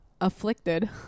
afflicted